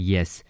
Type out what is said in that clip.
Yes